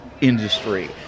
industry